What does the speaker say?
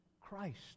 Christ